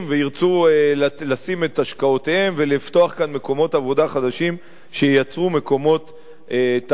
לשים את השקעותיהם ולפתוח כאן מקומות עבודה חדשים שייצרו מקומות תעסוקה.